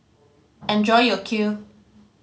enjoy your Kheer